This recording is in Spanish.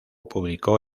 publicó